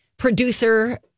Producer